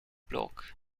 block